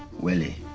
really.